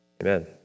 amen